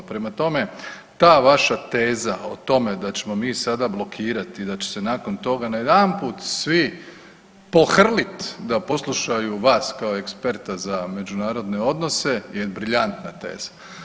Prema tome, ta vaša teza o tome da ćemo mi sada blokirati, da će se nakon toga najedanput svi pohrlit da poslušaju vas kao eksperta za međunarodne odnose je briljantna teza.